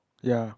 ya